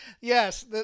Yes